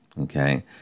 okay